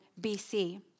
BC